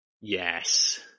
Yes